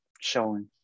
showing